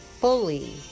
fully